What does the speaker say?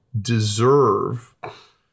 deserve